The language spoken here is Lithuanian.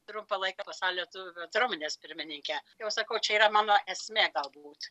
trumpą laiką pasaulio lietuvių bendruomenės pirmininkė jau sakau čia yra mano esmė galbūt